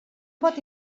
pot